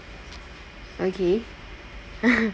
okay